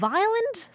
Violent